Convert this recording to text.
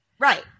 Right